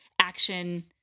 action